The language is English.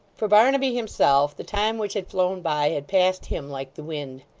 for barnaby himself, the time which had flown by, had passed him like the wind.